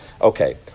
Okay